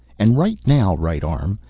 and right now, right arm,